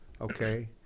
Okay